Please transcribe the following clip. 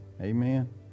Amen